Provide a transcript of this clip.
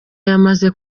yamaze